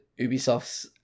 Ubisoft's